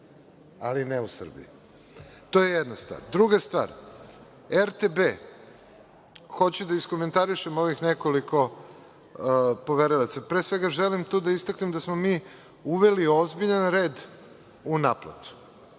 Ali, ne u Srbiji. To je jedna stvar. Druga stvar, RTB, hoću da iskomentarišem ovih nekoliko poverilaca. Pre svega želim da istaknem da smo mi uveli ozbiljan red u naplatu.